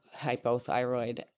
hypothyroid